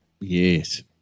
Yes